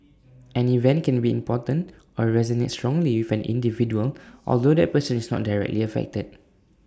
an event can be important or resonate strongly with an individual although that person is not directly affected